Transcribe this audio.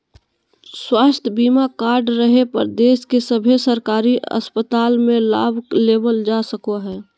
स्वास्थ्य बीमा कार्ड रहे पर देश के सभे सरकारी अस्पताल मे लाभ लेबल जा सको हय